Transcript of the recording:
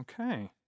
Okay